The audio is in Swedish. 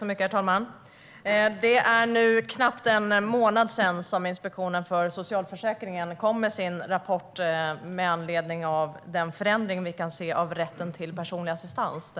Herr talman! Det är nu knappt en månad sedan som Inspektionen för socialförsäkringen kom med sin rapport med anledning av den förändring vi kan se av rätten till personlig assistans.